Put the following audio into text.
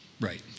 right